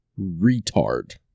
retard